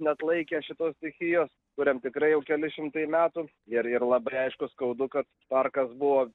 neatlaikė šitos stichijos kuriam tikrai jau keli šimtai metų ir ir labai aišku skaudu kad parkas buvo